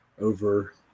over